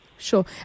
Sure